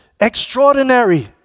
extraordinary